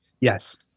Yes